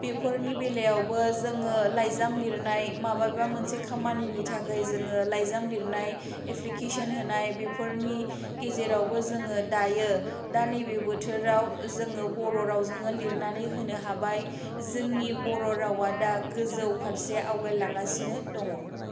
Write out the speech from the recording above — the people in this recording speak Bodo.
बेफोरनि बेलायावबो जोङो लाइजाम लिरनाय माबेबा मोनसे खामानिनि थाखै जोङो लाइजाम लिरनाय एफ्लिकेसन होनाय बेफोरनि गेजेरावबो जोङो दायो दा नैबे बोथोराव जोङो बर' रावजोंनो लिरनानै होनो हाबाय जोंनि बर' रावा दा गोजौ फारसे आवगाय लांगासिनो दङ